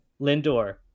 Lindor